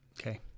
Okay